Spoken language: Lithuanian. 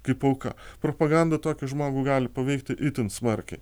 kaip auka propaganda tokį žmogų gali paveikti itin smarkiai